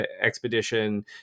expedition